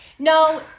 No